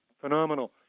phenomenal